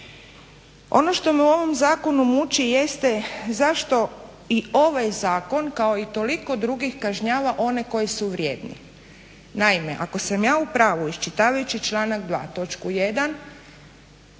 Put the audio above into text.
Ono što me u ovom zakonu muči jeste zašto i ovaj zakon kao i toliki drugi kažnjava one koji su vrijedni. Naime, ako sam ja u pravu iščitavajući članak 2.